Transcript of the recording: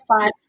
five